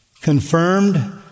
confirmed